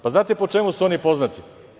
Pa, znate po čemu su oni poznati?